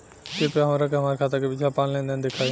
कृपया हमरा के हमार खाता के पिछला पांच लेनदेन देखाईं